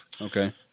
Okay